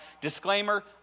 disclaimer